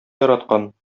яраткан